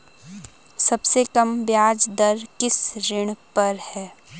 सबसे कम ब्याज दर किस ऋण पर है?